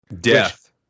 Death